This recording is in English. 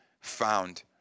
found